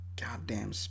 goddamn